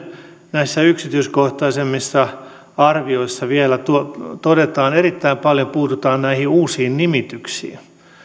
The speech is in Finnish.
näissä yksityiskohtaisemmissa arvioissa vielä erittäin paljon puututaan näihin uusiin nimityksiin